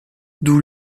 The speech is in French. d’où